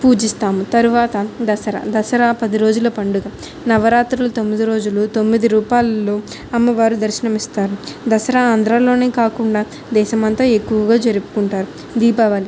పూజిస్తాము తర్వాత దసరా దసరా పదిరోజుల పండుగ నవరాత్రులు తొమ్మిది రోజులు తొమ్మిది రూపాలలో అమ్మవారు దర్శనం ఇస్తారు దసరా ఆంధ్రలోనే కాకుండా దేశమంతా ఎక్కువగా జరుపుకుంటారు దీపావళి